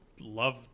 love